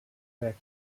bec